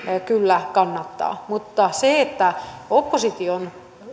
kyllä kannattaa mutta se että opposition